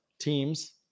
teams